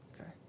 okay